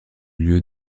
lieu